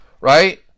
Right